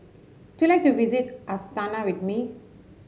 do you like to visit Astana with me